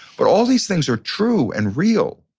but all these things are true and real.